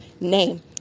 name